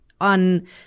on